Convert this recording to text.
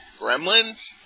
Gremlins